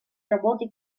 работой